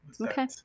Okay